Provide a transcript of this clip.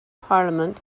parliament